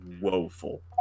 woeful